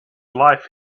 life